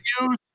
use